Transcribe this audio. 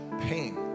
pain